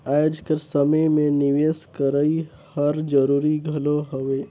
आएज कर समे में निवेस करई हर जरूरी घलो हवे